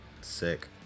Sick